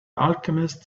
alchemist